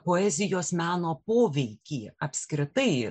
poezijos meno poveikį apskritai